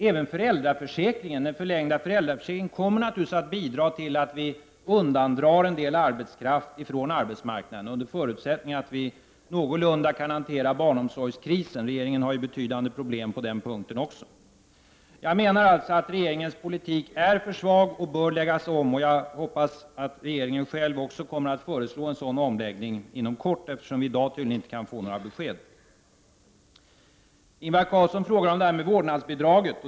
Även den förlängda föräldraförsäkringen kommer naturligtvis att bidra till att vi drar undan en del arbetskraft ifrån arbetsmarknaden, under förutsättning att vi någorlunda kan hantera barnomsorgskrisen. Regeringen har ju betydande problem på den punkten också. Jag menar således att regeringens politik är för svag och att den bör läggas om. Jag hoppas att regeringen själv också kommer att föreslå en sådan omläggning inom kort, eftersom vi i dag tydligen inte kan få några besked. Ingvar Carlsson frågar om vårdnadsbidraget.